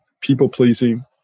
people-pleasing